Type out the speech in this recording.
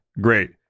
great